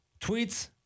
tweets